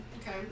Okay